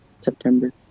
September